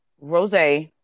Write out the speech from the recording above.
Rose